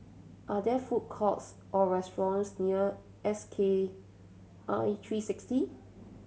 are there food courts or restaurants near S K I three sixty